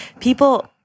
People